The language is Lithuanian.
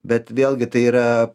bet vėlgi tai yra